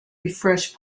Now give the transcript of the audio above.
refresh